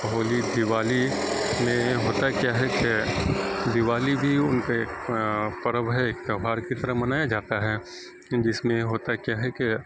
ہولی دیوالی میں ہوتا کیا ہے کہ دیوالی بھی ان کے پرو ہے ایک تہوار کی طرح منایا جاتا ہے جس میں ہوتا کیا ہے کہ